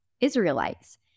Israelites